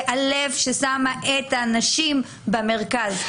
זה הלב ששם את האנשים במרכז.